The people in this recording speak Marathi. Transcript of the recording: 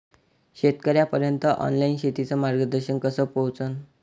शेतकर्याइपर्यंत ऑनलाईन शेतीचं मार्गदर्शन कस पोहोचन?